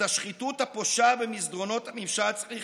את השחיתות הפושה במסדרונות הממשל צריך